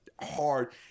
hard